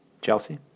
Chelsea